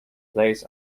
place